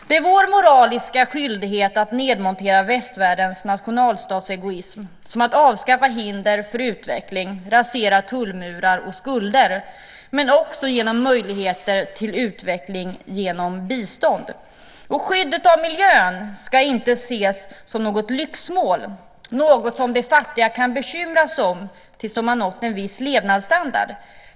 Det är vår moraliska skyldighet att nedmontera västvärldens nationalstatsegoism, genom att till exempel avskaffa hinder för utveckling, rasera tullmurar och skulder, men också genom möjligheter till utveckling genom bistånd. Skyddet av miljön ska inte ses som något lyxmål, något som de fattiga kan bekymra sig om när de har nått en viss levnadsstandard.